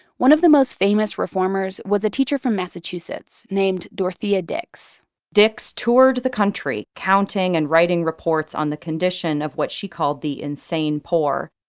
one of the most famous reformers was a teacher from massachusetts named dorothea dix dix toured the country counting and writing reports on the condition of what she called the insane poor.